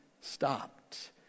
stopped